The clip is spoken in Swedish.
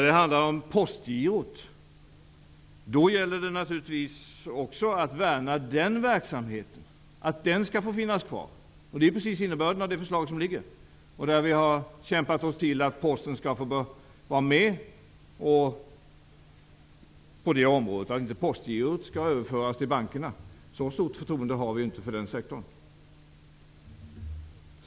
Det gäller naturligtvis också att värna postgirot, så att det skall få finnas kvar. Det är precis innebörden i det föreliggande förslaget. Vi har kämpat oss till att Posten skall få vara med på det området, så att inte postgirot skall överföras till bankerna. Så stort förtroende har vi inte för den sektorn.